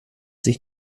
sich